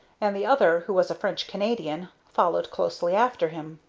and the other, who was a french canadian, followed closely after him.